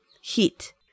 heat